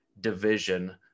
division